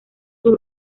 sus